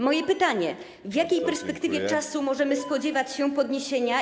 Moje pytanie: W jakiej perspektywie czasu możemy spodziewać się podniesienia.